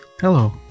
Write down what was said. hello